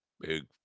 Big